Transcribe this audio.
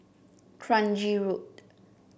Kranji Road